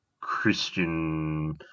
Christian